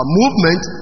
movement